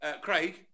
Craig